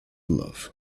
love